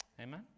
Amen